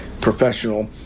professional